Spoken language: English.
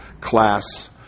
class